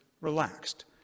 relaxed